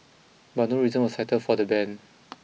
but no reasons were cited for the ban